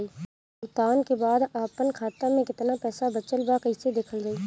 भुगतान के बाद आपन खाता में केतना पैसा बचल ब कइसे देखल जाइ?